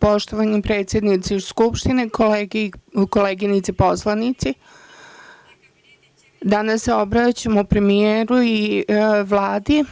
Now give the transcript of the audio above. poštovani potpredsednici Narodne skupštine, kolege i koleginice poslanici, danas se obraćam premijeru i Vladi.